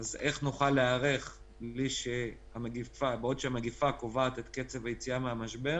אז איך נוכל להיערך בעוד שהמגיפה קובעת את קצב היציאה מהמשבר